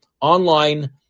online